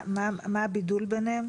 מה הבידול ביניהם?